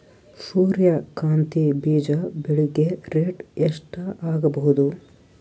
ಸೂರ್ಯ ಕಾಂತಿ ಬೀಜ ಬೆಳಿಗೆ ರೇಟ್ ಎಷ್ಟ ಆಗಬಹುದು?